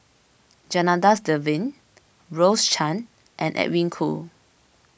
Janadas Devan Rose Chan and Edwin Koo